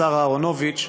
לשר אהרונוביץ,